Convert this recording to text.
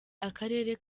akarere